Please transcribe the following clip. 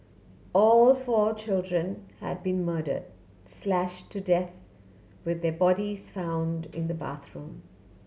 all four children had been murder slash to death with their bodies found in the bathroom